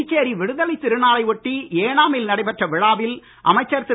புதுச்சேரி விடுதலை திருநாளை ஒட்டி ஏனாமில் நடைபெற்ற விழாவில் அமைச்சர் திரு